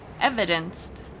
evidenced